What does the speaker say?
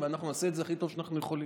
ואנחנו נעשה את זה הכי טוב שאנחנו יכולים.